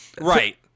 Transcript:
Right